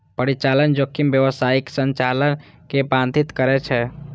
परिचालन जोखिम व्यावसायिक संचालन कें बाधित करै छै